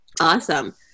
Awesome